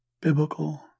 biblical